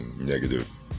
negative